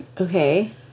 Okay